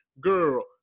Girl